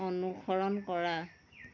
অনুসৰণ কৰা